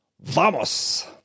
Vamos